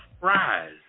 fries